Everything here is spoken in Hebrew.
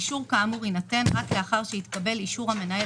אישור כאמור יינתן רק לאחר שהתקבל אישור המנהל